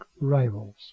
rivals